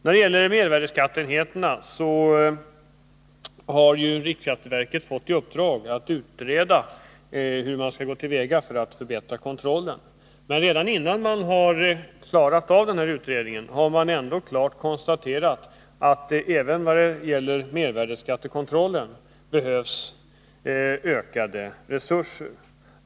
När det gäller mervärdeskatteenheterna har riksskatteverket fått i uppdrag att utreda hur man skall gå till väga för att förbättra kontrollen. Men redan innan man gjort denna utredning har man klart konstaterat att det behövs ökade resurser även för mervärdeskattekontroll.